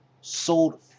sold